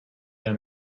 d’un